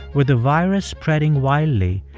with the virus spreading wildly,